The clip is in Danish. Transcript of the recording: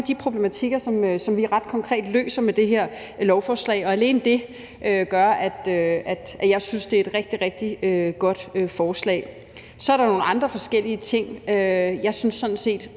de problematikker, som vi ret konkret løser med det her lovforslag. Alene det gør, at jeg synes, at det er et rigtig, rigtig godt forslag. Så er der nogle andre forskellige ting. Jeg synes sådan set